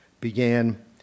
began